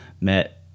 met